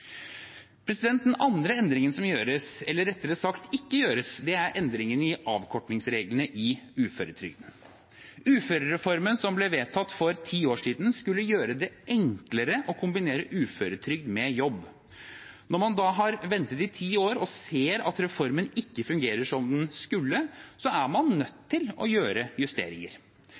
Den andre endringen som gjøres – eller rettere sagt ikke gjøres – er endringene i avkortingsreglene i uføretrygden. Uførereformen, som ble vedtatt for ti år siden, skulle gjøre det enklere å kombinere uføretrygd med jobb. Når man har ventet i ti år og ser at reformen ikke fungerer som den skulle, er man nødt til å gjøre justeringer.